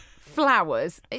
Flowers